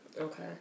Okay